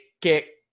kick